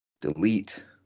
Delete